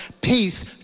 peace